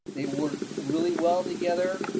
they work really well together.